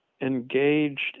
engaged